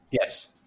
yes